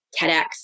TEDx